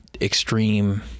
extreme